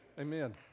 amen